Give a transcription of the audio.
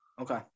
Okay